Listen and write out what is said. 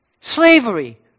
Slavery